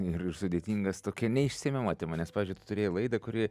ir sudėtingas tokia neišsemiama tema nes pavyzdžiui tu turėjai laidą kuri